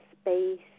space